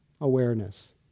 Awareness